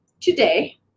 today